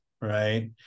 right